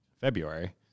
February